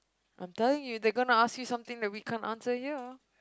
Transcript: I'm telling you they're gonna ask you something that we can't answer here